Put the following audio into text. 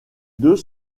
deux